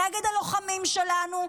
נגד הלוחמים שלנו,